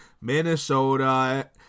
Minnesota